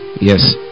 yes